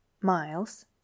Miles